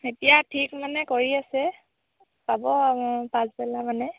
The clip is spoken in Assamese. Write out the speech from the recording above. এতিয়া ঠিক মানে কৰি আছে পাব পাছবেলা মানে